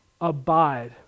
abide